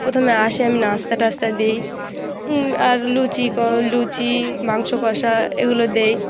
প্রথমে আসে আমি নাস্তা টাস্তা দিই আর লুচি ক লুচি মাংস কষা এগুলো দিই